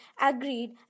agreed